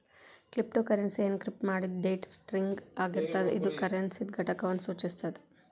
cryptocurrency encrypt ಮಾಡಿದ್ data string ಆಗಿರ್ತದ ಇದು ಕರೆನ್ಸಿದ್ ಘಟಕವನ್ನು ಸೂಚಿಸುತ್ತದೆ